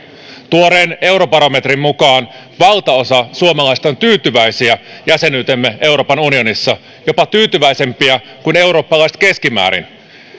tuoreen eurobarometrin mukaan valtaosa suomalaisista on tyytyväisiä jäsenyyteemme euroopan unionissa jopa tyytyväisempiä kuin eurooppalaiset keskimäärin